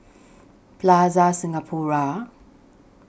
Plaza Singapura